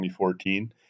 2014